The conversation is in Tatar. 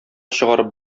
чыгарып